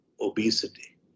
obesity